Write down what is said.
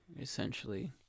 essentially